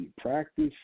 practice